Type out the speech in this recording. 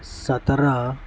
سترہ